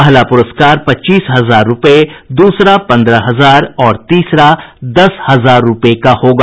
पहला पुरस्कार पच्चीस हजार रुपये दूसरा पंद्रह हजार रुपये और तीसरा दस हजार रुपये का होगा